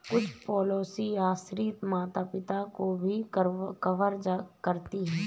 कुछ पॉलिसी आश्रित माता पिता को भी कवर करती है